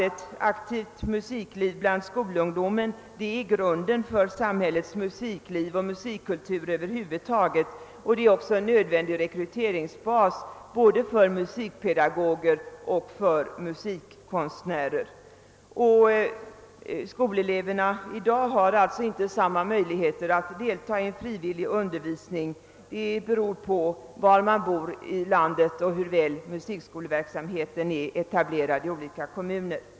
Ett aktivt musikliv bland skolungdom är nämligen grunden för samhällets musikliv och musikkultur över huvud taget, och det är också en nödvändig rekryteringsbas för både musikpedagoger och musikkonstnärer. I dag har alltså inte alla skolelever samma möjligheter att delta i frivillig undervisning. Det beror på var i landet man bor och hur väl musikskoleverksamheten är etablerad i olika kommuner.